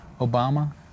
Obama